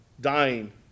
dying